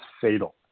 fatal